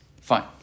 Fine